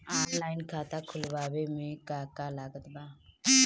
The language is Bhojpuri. ऑनलाइन खाता खुलवावे मे का का लागत बा?